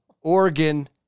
Oregon